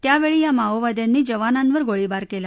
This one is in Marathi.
त्यावेळी या माओवाद्यांनी जवानांवर गोळीबार केला